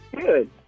Good